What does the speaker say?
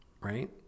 Right